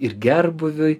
ir gerbūviui